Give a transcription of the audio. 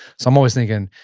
so i'm always thinking,